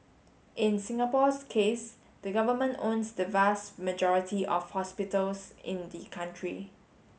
in Singapore's case the government owns the vast majority of hospitals in the country